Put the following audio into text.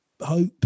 hope